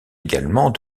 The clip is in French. également